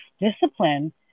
discipline